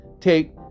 take